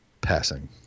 Passing